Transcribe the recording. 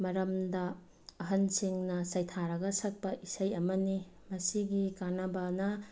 ꯃꯔꯝꯗ ꯑꯍꯟꯁꯤꯡꯅ ꯁꯩꯊꯥꯔꯒ ꯁꯛꯄ ꯏꯁꯩ ꯑꯃꯅꯤ ꯃꯁꯤꯒꯤ ꯀꯥꯟꯅꯕꯅ